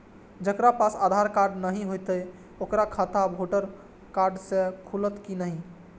जकरा पास आधार कार्ड नहीं हेते ओकर खाता वोटर कार्ड से खुलत कि नहीं?